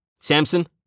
Samson